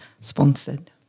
sponsored